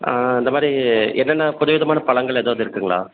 ஆ இந்தமாதிரி என்னன்ன புதுவிதமான பழங்கள் ஏதாவது இருக்குங்களா